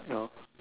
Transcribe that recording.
no